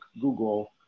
Google